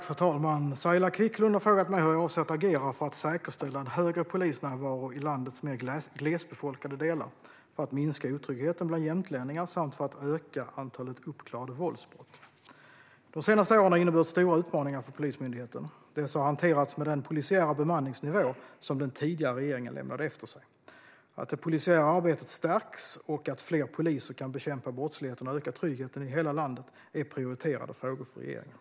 Fru talman! Saila Quicklund har frågat mig hur jag avser att agera för att säkerställa en högre polisnärvaro i landets mer glesbefolkade delar, för att minska otryggheten bland jämtlänningar samt för att öka antalet uppklarade våldsbrott. De senaste åren har inneburit stora utmaningar för Polismyndigheten. Dessa har hanterats med den polisiära bemanningsnivå som den tidigare regeringen lämnade efter sig. Att det polisiära arbetet stärks och att fler poliser kan bekämpa brottsligheten och öka tryggheten i hela landet är prioriterade frågor för regeringen.